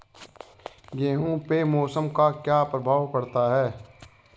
गेहूँ पे मौसम का क्या प्रभाव पड़ता है?